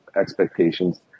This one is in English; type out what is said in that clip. expectations